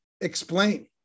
explain